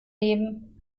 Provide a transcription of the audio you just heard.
leben